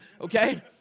Okay